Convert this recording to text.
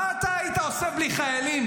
מה אתה היית עושה בלי חיילים?